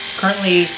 currently